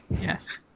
Yes